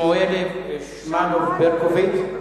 שמאלוב-ברקוביץ?